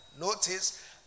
Notice